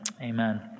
Amen